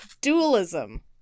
Dualism